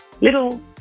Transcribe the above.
little